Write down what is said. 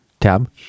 Tab